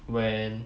when